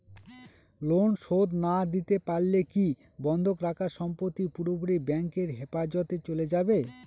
Loan শোধ না দিতে পারলে কি বন্ধক রাখা সম্পত্তি পুরোপুরি ব্যাংকের হেফাজতে চলে যাবে?